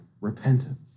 repentance